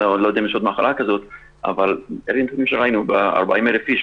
אני לא יודע אם יש עוד מחלה כזאת אבל אלה הנתונים שראינו ב-40,000 איש,